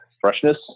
freshness